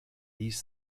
these